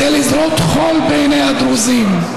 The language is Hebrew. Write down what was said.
זה לזרות חול בעיני הדרוזים.